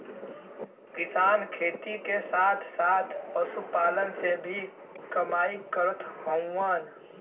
किसान खेती के साथ साथ पशुपालन से भी कमाई करत हउवन